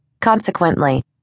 Consequently